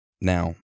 Now